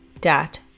dot